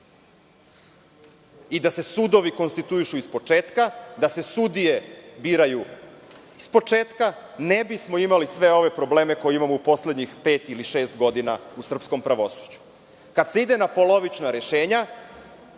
i da se sudovi konstituišu iz početka, da se sudije biraju iz početka, ne bismo imali sve ove probleme koje imamo u poslednjih pet ili šest godina, u srpskom pravosuđu. Kad se ide na polovična rešenja,